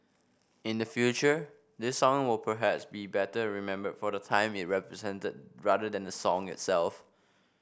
in the future this song will perhaps be better remembered for the time it represented rather than the song itself